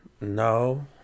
no